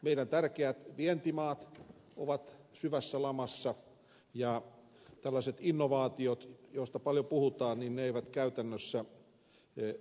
meidän tärkeät vientimaamme ovat syvässä lamassa ja tällaiset innovaatiot joista paljon puhutaan eivät käytännössä toimi